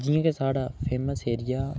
जि'यां कि साढ़े फेमस एरिया